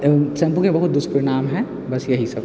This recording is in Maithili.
शैम्पूके बहुत दुष्परिणाम हइ बस यही सब